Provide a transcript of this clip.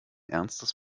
ernstes